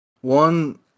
One